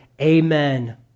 amen